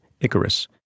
Icarus